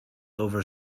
over